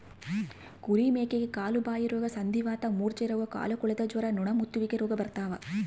ಕುರಿ ಮೇಕೆಗೆ ಕಾಲುಬಾಯಿರೋಗ ಸಂಧಿವಾತ ಮೂರ್ಛೆರೋಗ ಕಾಲುಕೊಳೆತ ಜ್ವರ ನೊಣಮುತ್ತುವಿಕೆ ರೋಗ ಬರ್ತಾವ